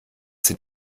sind